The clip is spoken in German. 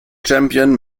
champion